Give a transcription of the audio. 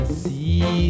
see